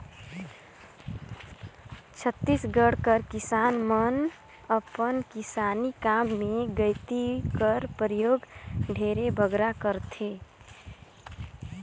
छत्तीसगढ़ कर किसान मन अपन किसानी काम मे गइती कर परियोग ढेरे बगरा करथे